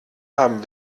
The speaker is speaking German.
haben